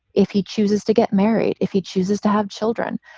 if he chooses to get married, if he chooses to have children,